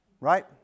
right